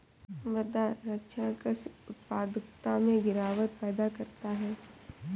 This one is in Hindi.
मृदा क्षरण कृषि उत्पादकता में गिरावट पैदा करता है